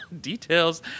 details